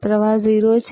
પ્રવાહ 0 છે